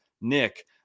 Nick